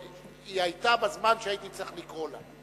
היא היתה בזמן שהייתי צריך לקרוא לה.